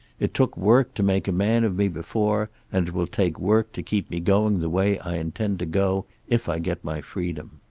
it took work to make a man of me before, and it will take work to keep me going the way i intend to go, if i get my freedom.